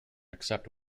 except